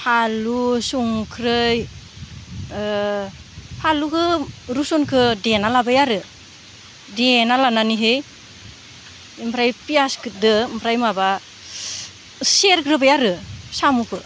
फानलु संख्रि फालुखौ रुसुनखो देना लाबाय आरो देना लानानैहाय ओमफ्राय पियासखौजों ओमफ्राय माबा सेरग्रोबाय आरो साम'खौ